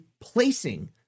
placing